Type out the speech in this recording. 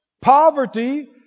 Poverty